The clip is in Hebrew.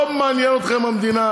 לא מעניינת אתכם המדינה,